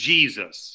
Jesus